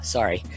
Sorry